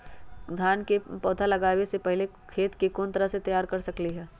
धान के पौधा लगाबे से पहिले खेत के कोन तरह से तैयार कर सकली ह?